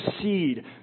seed